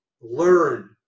learn